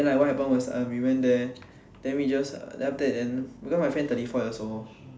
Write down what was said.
then like what happen was uh we went there then we just then after that then because my friend thirty four years old